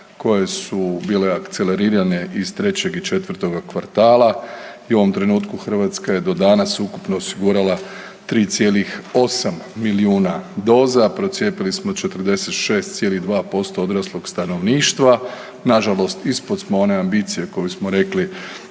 koje su bile akcelerirane iz trećeg i četvrtog kvartala i u ovom trenutku Hrvatska je do danas ukupno osigurala 3,8 milijuna doza, procijepili smo 46,2% odraslog stanovništva. Nažalost, ispod smo one ambicije koju smo rekli